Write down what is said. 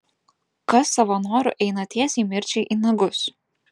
kas savo noru eina tiesiai mirčiai į nagus